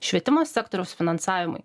švietimo sektoriaus finansavimui